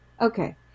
Okay